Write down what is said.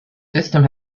system